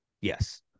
Yes